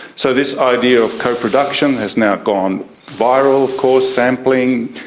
so this idea of coproduction has now gone viral of course, sampling,